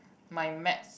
my maths